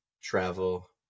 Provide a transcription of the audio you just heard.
travel